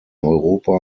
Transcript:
europa